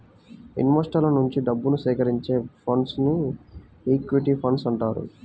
ఇన్వెస్టర్ల నుంచి డబ్బుని సేకరించే ఫండ్స్ను ఈక్విటీ ఫండ్స్ అంటారు